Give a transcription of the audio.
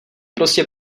prostě